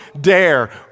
dare